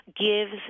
gives